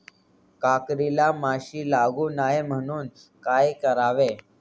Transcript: काकडीला माशी लागू नये म्हणून काय करावे?